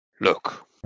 Look